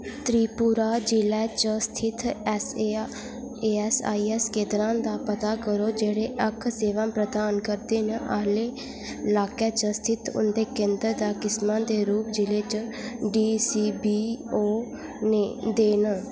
त्रिपुरा जि'ले च स्थित ईऐस्सआईसी केंद्रें दा पता करो जेह्ड़े अक्ख सेवां प्रदान करदे न आह्ले लाके च स्थित उं'दे केंद्र दा किस्मा दे रूप जिले च डीसीबीओ दे न